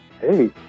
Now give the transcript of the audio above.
hey